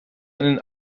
einen